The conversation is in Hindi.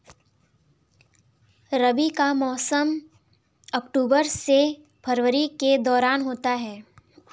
रबी का मौसम अक्टूबर से फरवरी के दौरान होता है